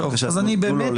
בבקשה תנו לו לסיים בבקשה.